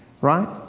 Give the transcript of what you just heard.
Right